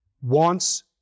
wants